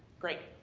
great.